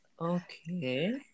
okay